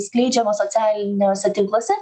skleidžiama socialiniuose tinkluose